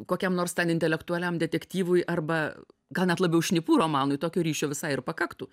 kokiam nors ten intelektualiam detektyvui arba gal net labiau šnipų romanui tokio ryšio visai ir pakaktų